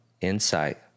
insight